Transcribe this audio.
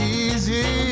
easy